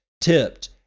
tipped